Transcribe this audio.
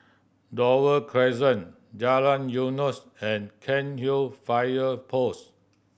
Dover Crescent Jalan Eunos and Cairnhill Fire Post